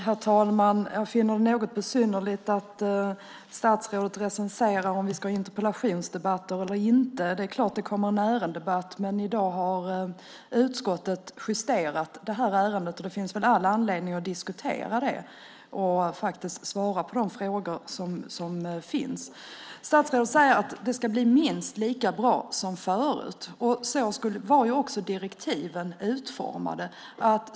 Herr talman! Jag finner det något besynnerligt att statsrådet recenserar om vi ska ha interpellationsdebatter eller inte. Det är klart att det kommer en ärendedebatt. Men i dag har utskottet justerat betänkandet i ärendet. Det finns all anledning att diskutera detta och svara på de frågor som finns. Statsrådet säger att det ska bli minst lika bra som förut, och så var också direktiven utformade.